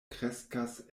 kreskas